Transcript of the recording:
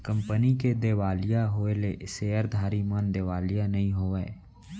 company के देवालिया होएले सेयरधारी मन देवालिया नइ होवय